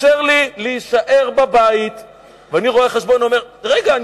אני רואה-החשבון אומר: רגע,